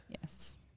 Yes